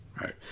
right